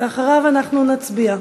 אחריו אנחנו נצביע.